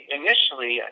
initially